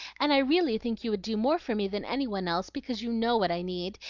and i really think you would do more for me than any one else, because you know what i need,